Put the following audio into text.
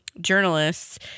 journalists